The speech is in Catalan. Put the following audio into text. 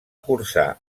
cursar